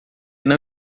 não